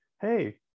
hey